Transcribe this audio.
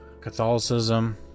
Catholicism